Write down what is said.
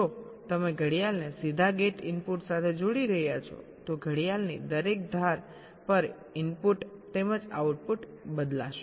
જો તમે ઘડિયાળને સીધા ગેટ ઇનપુટ સાથે જોડી રહ્યા છો તો ઘડિયાળની દરેક ધાર પર ઇનપુટ તેમજ આઉટપુટ બદલાશે